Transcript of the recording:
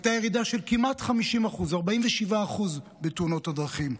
הייתה ירידה של כמעט 50% בתאונות הדרכים,